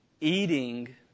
Eating